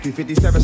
357